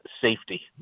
safety